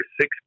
six